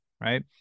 Right